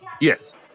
Yes